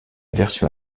version